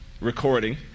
recording